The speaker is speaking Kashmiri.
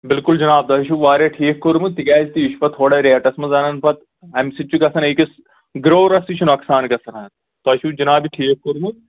بِلکُل جِناب تۄہہِ چھُ واریاہ ٹھیٖک کوٚرمُت تِکیٛازِ تہِ یہِ چھَ پَتہٕ تھوڑا ریٹَس منٛز اَنان پَتہٕ اَمہِ سۭتۍ چھُ گژھان أکِس گرٛورَس تہِ چھِ نۄقصان گژھان حظ تۄہہِ چھُ جِناب یہِ ٹھیٖک کوٚرمُت